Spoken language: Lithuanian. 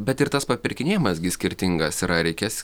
bet ir tas papirkinėjimas gi skirtingas yra reikės